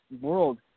world